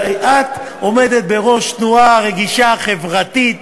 את עומדת בראש תנועה רגישה חברתית,